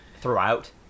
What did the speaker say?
throughout